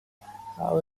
how